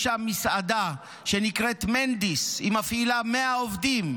יש שם מסעדה שנקראת מנדיס, היא מפעילה 100 עובדים,